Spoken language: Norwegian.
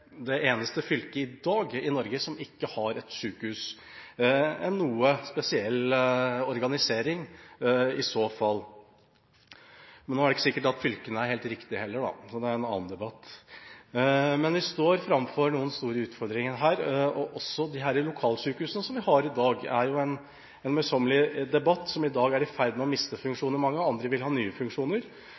det eneste fylket i Norge i dag som ikke har et sykehus, en noe spesiell organisering. Nå er det ikke sikkert at fylkene er helt riktige, heller – det er en annen debatt. Vi står framfor noen store utfordringer her. En møysommelig debatt er også lokalsykehusene, som i dag er i ferd med å miste funksjoner og mange vil ha nye funksjoner,